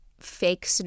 fake